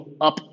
up